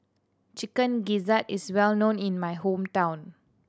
Chicken Gizzard is well known in my hometown